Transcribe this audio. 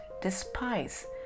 despise